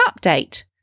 update